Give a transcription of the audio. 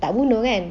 tak bunuh kan